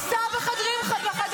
-- אלף פעם ניסה בחדרים ובחדרי-חדרים,